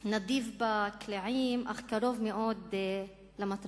נדיב בקליעים אך קרוב מאוד למטרתו.